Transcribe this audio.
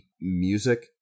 music